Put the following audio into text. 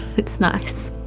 it's nice.